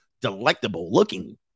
delectable-looking